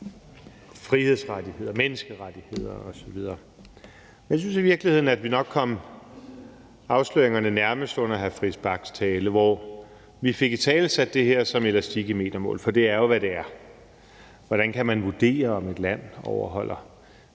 frihedsrettigheder, menneskerettigheder osv., men jeg synes i virkeligheden, at vi nok kom afsløringerne nærmest under hr. Christian Friis Bachs tale, hvor vi fik italesat det her som elastik i metermål, for det er jo, hvad det er. Hvordan kan man vurdere, om et land overholder